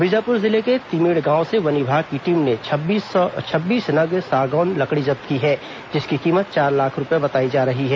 बीजाप्र जिले के तिमेड़ गांव से वन विभाग की टीम ने छब्बीस नग सागौन लकड़ी जब्त की है जिसकी कीमत चार लाख रूपये बताई जा रही है